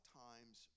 times